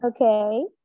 Okay